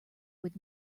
would